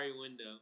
window